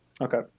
Okay